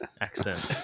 accent